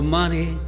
money